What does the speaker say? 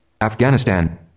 Afghanistan